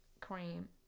cream